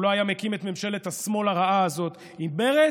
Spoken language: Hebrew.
הוא לא היה מקים את ממשלת השמאל הרעה הזאת עם מרצ,